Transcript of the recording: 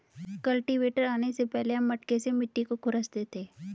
cultivator आने से पहले हम मटके से मिट्टी को खुरंचते थे